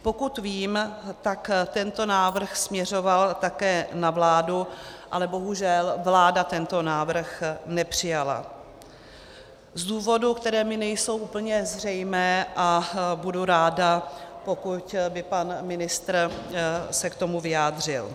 Pokud vím, tak tento návrh směřoval také na vládu, ale bohužel vláda tento návrh nepřijala z důvodů, které mi nejsou úplně zřejmé, a budu ráda, pokud by se pan ministr k tomu vyjádřil.